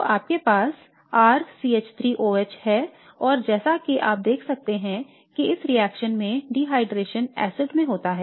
तो आपके पास RCH3OH है और जैसा कि आप देख सकते हैं कि इस रिएक्शन में निर्जलीकरण एसिड में होगा